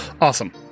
awesome